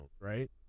right